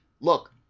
Look